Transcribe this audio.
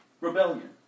Rebellion